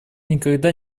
никогда